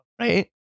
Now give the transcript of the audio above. right